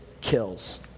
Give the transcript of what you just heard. kills